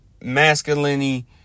masculinity